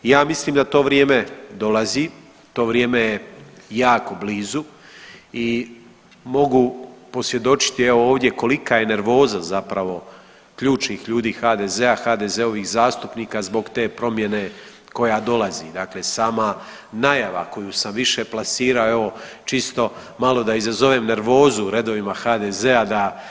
I ja mislim da to vrijeme dolazi, to vrijeme je jako blizu i mogu posvjedočiti evo ovdje kolika je nervoza zapravo ključnih ljudi HDZ-a, HDZ-ovih zastupnika zbog te promjene koja dolazi, dakle sama najava koju sam više plasirao evo čisto malo da izazovem nervozu u redovima HDZ-a.